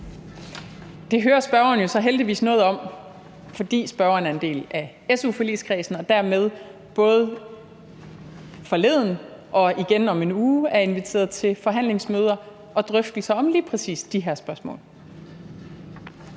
Det hører spørgeren jo så heldigvis noget om, fordi spørgeren er en del af su-forligskredsen og dermed både forleden og igen om en uge er inviteret til forhandlingsmøder og drøftelser om lige præcis de her spørgsmål.